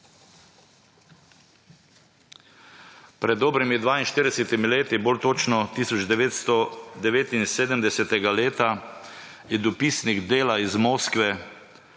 Pred dobrimi 42 leti, bolj točno 1979 leta je dopisnik Dela iz Moskve